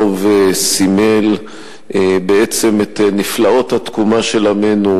דב סימל בעצם את נפלאות התקומה של עמנו,